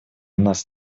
нас